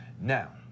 Now